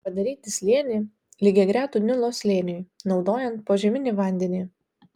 padaryti slėnį lygiagretų nilo slėniui naudojant požeminį vandenį